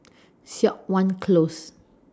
Siok Wan Close